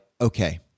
okay